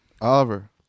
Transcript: Oliver